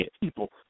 people